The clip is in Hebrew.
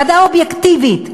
ועדה אובייקטיבית,